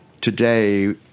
today